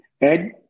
Ed